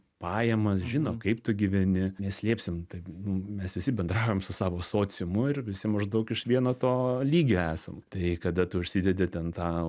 pajamas žino kaip tu gyveni neslėpsim taip mes visi bendraujam su savo sociumu ir visi maždaug iš vieno to lygio esam tai kada tu užsidedi ten tą